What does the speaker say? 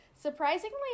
surprisingly